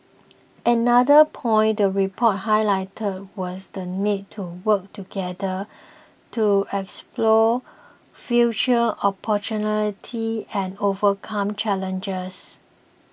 another point the report highlighted was the need to work together to explore future opportunity and overcome challenges